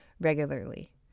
regularly